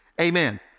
Amen